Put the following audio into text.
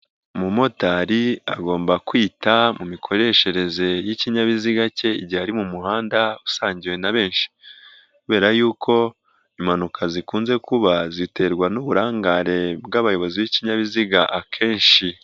umumotari agomba kwita mu mikoreshereze y'ikinyabiziga cye igihe ari mu muhanda usangiwe na benshi, kubera y'uko impanuka zikunze kuba ziterwa n'uburangare bw'abayobozi b'ikinyabiziga akenshi.